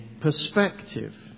perspective